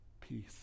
peace